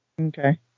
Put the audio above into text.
Okay